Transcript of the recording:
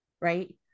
right